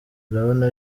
urabona